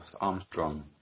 Armstrong